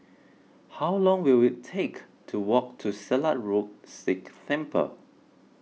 how long will it take to walk to Silat Road Sikh Temple